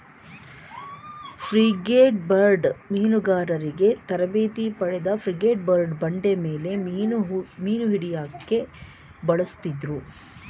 frigatebirds ಮೀನುಗಾರಿಕೆ ತರಬೇತಿ ಪಡೆದ ಫ್ರಿಗೇಟ್ಬರ್ಡ್ನ ಬಂಡೆಮೇಲೆ ಮೀನುಹಿಡ್ಯೋಕೆ ಬಳಸುತ್ತಿದ್ರು